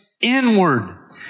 inward